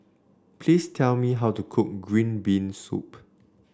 please tell me how to cook Green Bean Soup